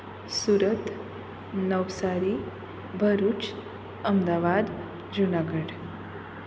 Surat Navsari Bharuch Ahmedabad Junagadh